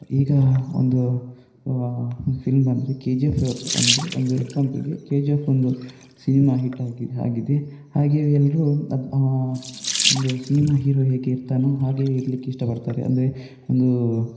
ಈಗ ಒಂದು ಫಿಲ್ಮ್ ಬಂದರೆ ಕೆ ಜಿ ಎಫ್ ಅಂದರೆ ಒಂದು ಎಕ್ಸಾಂಪಲ್ಗೆ ಕೆ ಜಿ ಎಫ್ ಒಂದು ಸಿನಿಮ ಹಿಟ್ ಆಗಿ ಆಗಿದೆ ಹಾಗೆ ಎಲ್ಲರೂ ಅದು ಒಂದು ಸಿನಿಮ ಹೀರೊ ಹೇಗೆ ಇರ್ತಾನೊ ಹಾಗೆಯೇ ಇರ್ಲಿಕ್ಕೆ ಇಷ್ಟಪಡ್ತಾರೆ ಅಂದರೆ ಒಂದು